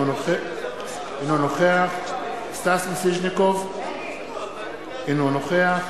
אינו נוכח סטס מיסז'ניקוב, אינו נוכח